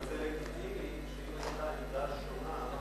אבל זה לגיטימי שאם היתה עמדה שונה,